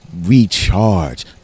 recharge